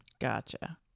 Gotcha